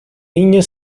niño